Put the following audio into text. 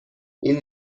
این